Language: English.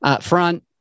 front